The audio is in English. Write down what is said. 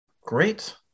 Great